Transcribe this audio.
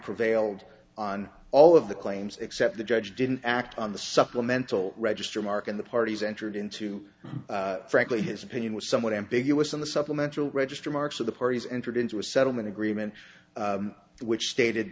prevailed on all of the claims except the judge didn't act on the supplemental register mark and the parties entered into frankly his opinion was somewhat ambiguous on the supplemental registry marks of the parties entered into a settlement agreement which stated